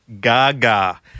Gaga